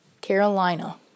Carolina